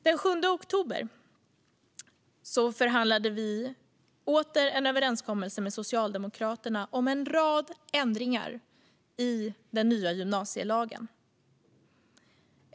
Den 7 oktober förhandlade vi åter om en överenskommelse med Socialdemokraterna om en rad ändringar i den nya gymnasielagen.